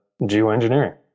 geoengineering